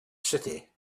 city